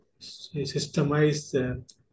systemize